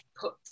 put